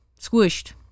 squished